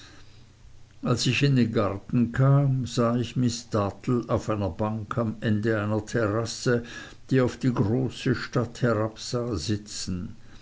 als ich in den garten kam sah ich miß dartle auf einer bank am ende einer art terrasse die auf die große stadt herabsah sitzen